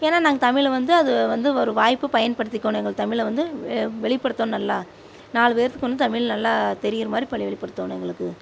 ஏனால் நாங் தமிழை வந்து அது வந்து ஒரு வாய்ப்பு பயன்படுத்திக்கணும் எங்கள் தமிழை வந்து வெ வெளிப்படுத்தும் நல்லா நாலு பேர்த்துக்கு வந்து தமிழ் நல்லா தெரிகிற மாதிரி வெளிப்படுத்தணும் எங்களுக்கு